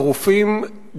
הרופאים,